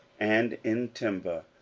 and in timber,